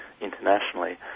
internationally